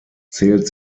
zählt